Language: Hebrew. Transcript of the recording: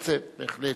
רוצה, בהחלט.